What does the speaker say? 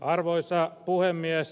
arvoisa puhemies